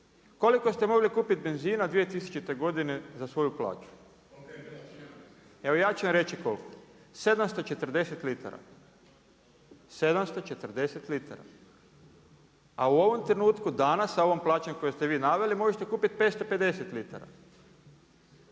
Koliko ste mogli kupiti benzina 2000. godine za svoju plaću? Evo ja ću vam reći koliko. 740 litara, 740 litara. A u ovom trenutku danas, sa ovom plaćom koju ste ni naveli, možete kupiti 550 litara.